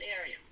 area